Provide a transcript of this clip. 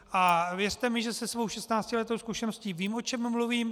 A věřte mi, že se svou šestnáctiletou zkušeností vím, o čem mluvím.